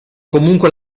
comunque